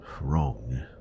Wrong